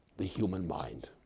the human mind,